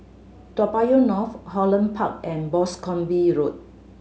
Toa Payoh North Holland Park and Boscombe Road